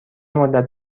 مدت